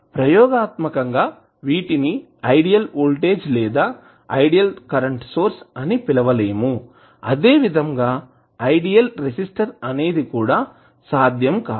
ప్రయోగాత్మకంగా వీటిని ideal voltage లేదా ఐడీఎల్ కరెంటు సోర్స్ అని పిలవలేము అదేవిధంగా ఐడీఎల్ రెసిస్టర్ అనేది కూడా సాధ్యం కాదు